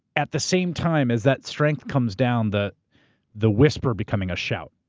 at the same time as that strength comes down, the the whisper becoming a shout.